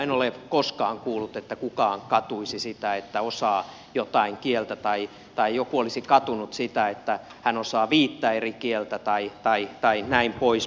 en ole koskaan kuullut että kukaan katuisi sitä että osaa jotain kieltä tai joku olisi katunut sitä että osaa viittä eri kieltä tai näin poispäin